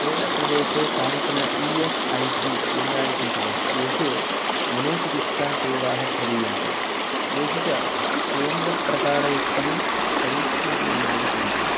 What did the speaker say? केरळप्रदेशे कानिचन E S I C केन्द्राणि सन्ति वा येषु मनोचिकित्सासेवाः प्रदीयन्ते येषु च केन्द्रप्रकारयुक्तं परीक्षणकेन्द्राणि सन्ति